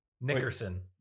Nickerson